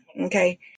okay